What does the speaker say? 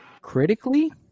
Critically